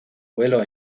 vuelo